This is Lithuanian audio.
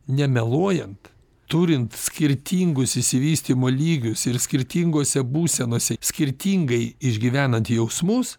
nemeluojant turint skirtingus išsivystymo lygius ir skirtingose būsenose skirtingai išgyvenant jausmus